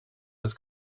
his